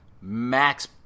max